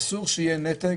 אסור שיהיה נתק